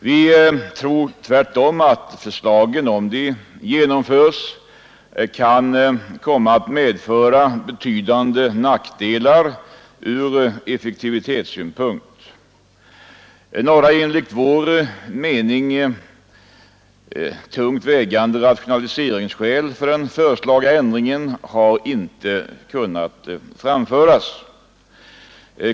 Vi tror tvärtom att förslagen, om de genomförs, kan komma att medföra betydande nackdelar från effektivitetssynpunkt. Några enligt vår mening tungt vägande rationaliseringsskäl för den föreslagna ändringen har inte kunnat anföras.